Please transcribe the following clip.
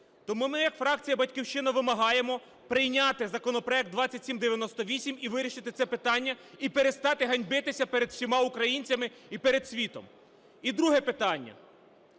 Тому ми як фракція "Батьківщина" вимагаємо прийняти законопроект 2798 і вирішити це питання, і перестати ганьбитися перед всіма українцями і перед світом. І друге питання.